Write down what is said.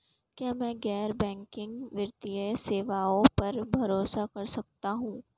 क्या मैं गैर बैंकिंग वित्तीय सेवाओं पर भरोसा कर सकता हूं?